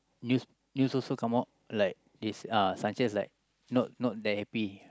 news news also come out like this uh Senchez like not not that happy